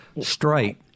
straight